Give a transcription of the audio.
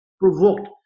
provoked